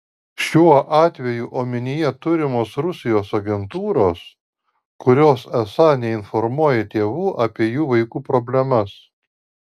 šiuo atveju omenyje turimos rusijos agentūros kurios esą neinformuoja tėvų apie jų vaikų problemas